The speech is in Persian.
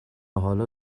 حالا